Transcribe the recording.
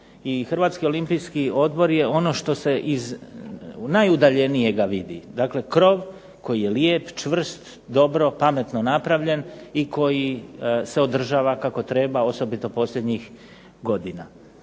katova. I HOO je ono što se iz najudaljenijega vidi. Dakle, krov koji je lijep, čvrst, dobro, pametno napravljen i koji se održava kako treba osobito posljednjih godina.